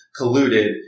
colluded